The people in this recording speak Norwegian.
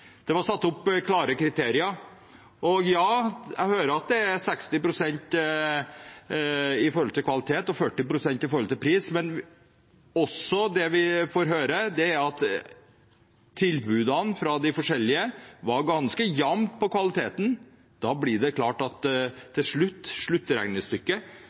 Det var satt opp klare kriterier – jeg hører at det handler om 60 pst. kvalitet og 40 pst. pris. Men det vi også får høre, er at tilbudene fra de forskjellige var ganske jevne når det gjaldt kvalitet. Da er det klart at sluttregnestykket